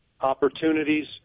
opportunities